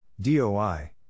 DOI